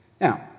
Now